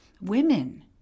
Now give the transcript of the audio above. women